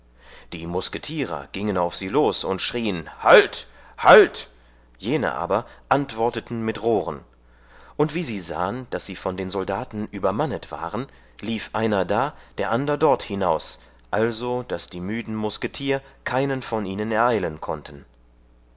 die musketierer giengen auf sie los und schrien halt halt jene aber antworteten mit rohren und wie sie sahen daß sie von den soldaten übermannet waren lief einer da der ander dort hinaus also daß die müden musketier keinen von ihnen ereilen konnten